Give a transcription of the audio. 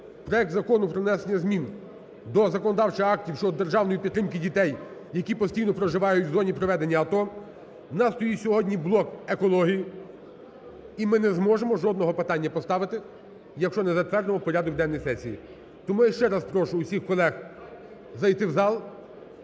проект Закону про внесення змін до законодавчих актів щодо державної підтримки дітей, які постійно проживають в зоні проведення АТО, у нас стоїть сьогодні блок екології і ми не зможемо жодного питання поставити, якщо не затвердимо порядок денний сесії. Тому я ще раз прошу усіх колег зайти в зал,